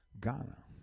Ghana